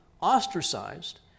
ostracized